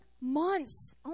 months